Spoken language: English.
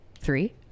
three